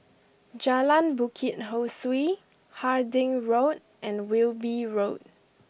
Jalan Bukit Ho Swee Harding Road and Wilby Road